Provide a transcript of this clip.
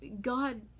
God